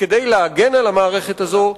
וכדי להגן על המערכת הזו,